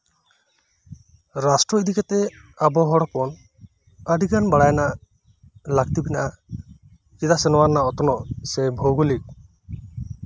ᱨᱟᱥᱴᱨᱚ ᱤᱫᱤ ᱠᱟᱛᱮᱫ ᱟᱵᱚ ᱦᱚᱲ ᱦᱚᱯᱚᱱ ᱟᱹᱰᱤᱜᱟᱱ ᱵᱟᱲᱟᱭ ᱨᱮᱱᱟᱜ ᱞᱟᱹᱠᱛᱤ ᱢᱮᱱᱟᱜᱼᱟ ᱪᱮᱫᱟᱜ ᱥᱮ ᱱᱚᱶᱟ ᱨᱮᱱᱟᱜ ᱚᱛᱱᱚᱜ ᱥᱮ ᱵᱷᱣᱜᱳᱞᱤᱠ